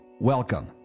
Welcome